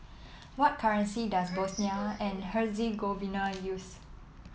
what currency does Bosnia and Herzegovina use